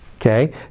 Okay